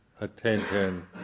attention